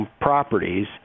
properties